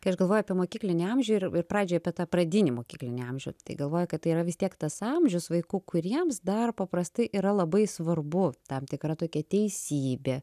kai aš galvoju apie mokyklinį amžių ir ir pradžioj apie tą pradinį mokyklinį amžių tai galvoju kad tai yra vis tiek tas amžius vaikų kuriems dar paprastai yra labai svarbu tam tikra tokia teisybė